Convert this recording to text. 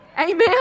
Amen